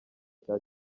cya